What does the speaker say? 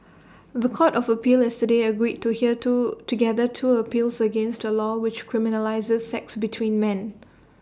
The Court of appeal yesterday agreed to hear to together two appeals against A law which criminalises sex between men